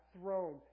throne